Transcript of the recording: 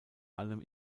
allem